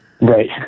Right